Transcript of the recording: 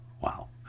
Wow